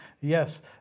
Yes